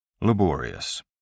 Laborious